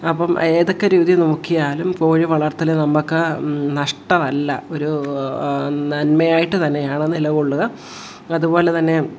അപ്പം ഏതൊക്കെ രീതിയിൽ നോക്കിയാലും കോഴി വളർത്തൽ നമുക്ക് നഷ്ടമല്ല ഒരു നന്മയായിട്ട് തന്നെയാണ് നിലകൊള്ളുക അതുപോലെതന്നെ